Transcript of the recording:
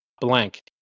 blank